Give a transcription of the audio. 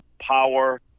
power